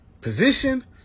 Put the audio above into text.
position